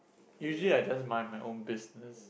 usually I just mind my own business